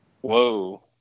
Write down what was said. Whoa